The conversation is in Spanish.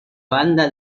banda